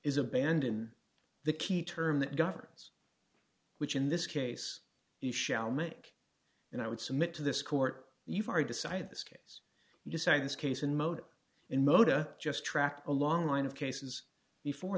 is abandon the key term that governs which in this case you shall make and i would submit to this court you are decide this case you decide this case in mode in mota just tracked a long line of cases before